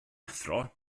athro